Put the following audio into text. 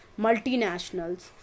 multinationals